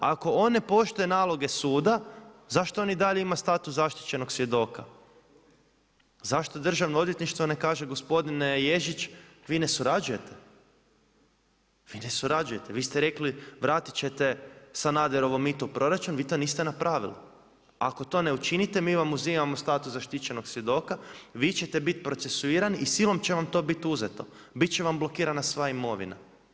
Ako on ne poštuje naloge suda zašto on i dalje ima status zaštićenog svjedoka, zašto DORH ne kaže gospodine Ježić, vi ne surađujete, vi ste rekli vratit ćete Sanaderovo mito u proračun, vi to niste napravili, ako to ne učinite mi vam uzimamo status zaštićenog svjedoka, vi ćete biti procesuirani i silom će vam to biti uzeto, bit će vam blokirana sva imovina.